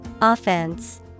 Offense